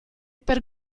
per